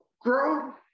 grow